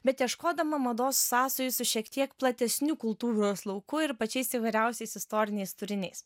bet ieškodama mados sąsajų su šiek tiek platesniu kultūros lauku ir pačiais įvairiausiais istoriniais turiniais